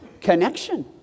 connection